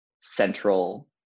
central